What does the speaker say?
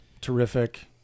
terrific